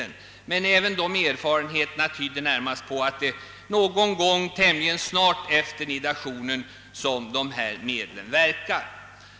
Erfarenheterna av dessa försök tyder närmast på att det är någon gång tämligen snart efter nidationen, som medlen verkar.